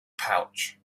pouch